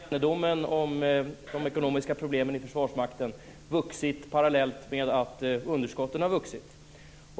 Fru talman! Jag har en fråga till försvarsministern. Under de senaste två månaderna har kännedomen om de ekonomiska problemen i Försvarsmakten vuxit parallellt med att underskotten har vuxit.